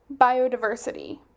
biodiversity